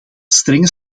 strenge